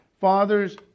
Father's